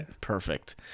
Perfect